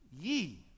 Ye